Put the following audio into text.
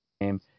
game